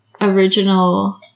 original